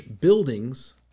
buildings